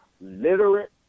literate